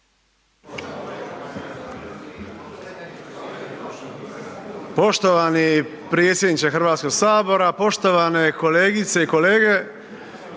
potpredsjedniče Hrvatskog sabora, poštovane kolegice i kolege